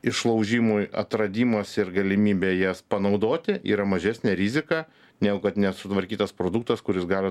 išlaužimui atradimas ir galimybė jas panaudoti yra mažesnė rizika negu kad nesutvarkytas produktas kuris gali